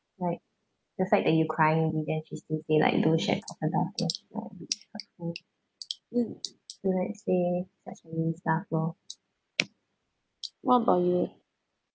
like the fact that you're crying he then say something like don't shed crocodile tears that was a bit hurtful mm don't like say such mean stuff loh what about you